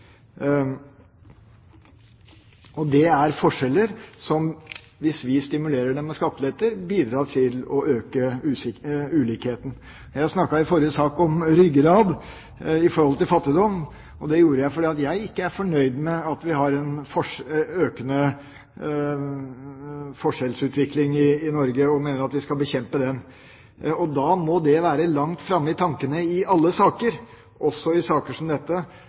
det. Det er forskjeller som, hvis vi stimulerer dem med skatteletter, bidrar til å øke ulikheten. Jeg snakket i forrige sak om ryggrad i forhold til fattigdom. Det gjorde jeg fordi jeg ikke er fornøyd med at vi har en økende forskjellsutvikling i Norge, og jeg mener at vi skal bekjempe den. Da må det være langt framme i tankene i alle saker, også i saker som dette,